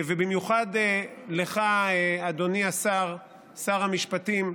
ובמיוחד לך, אדוני שר המשפטים,